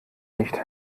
nicht